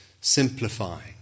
simplifying